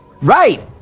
right